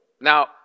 Now